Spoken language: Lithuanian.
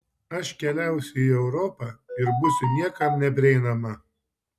aš keliausiu į europą ir būsiu niekam neprieinama